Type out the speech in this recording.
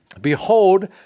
Behold